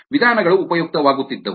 ವಿಧಾನಗಳು ಉಪಯುಕ್ತವಾಗುತ್ತಿದ್ದವು